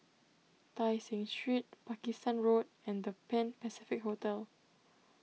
Tai Seng Street Pakistan Road and the Pan Pacific Hotel